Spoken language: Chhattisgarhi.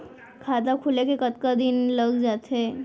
खाता खुले में कतका दिन लग जथे?